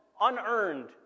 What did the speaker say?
unearned